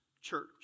church